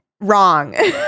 wrong